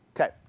Okay